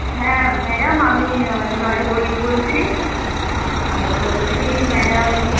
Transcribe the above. হ্যাঁ ম্যাডাম আমি ডলি বনিক বলছি বলছি ম্যাডাম